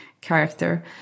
character